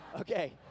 okay